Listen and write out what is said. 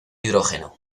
hidrógeno